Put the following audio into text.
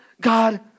God